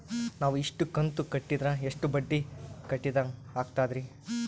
ನಾವು ಇಷ್ಟು ಕಂತು ಕಟ್ಟೀದ್ರ ಎಷ್ಟು ಬಡ್ಡೀ ಕಟ್ಟಿದಂಗಾಗ್ತದ್ರೀ?